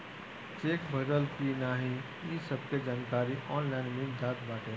check भजल की नाही इ सबके जानकारी ऑनलाइन मिल जात बाटे